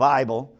Bible